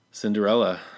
Cinderella